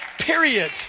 period